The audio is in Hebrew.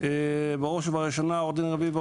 בראש ובראשונה עוה"ד רביבו,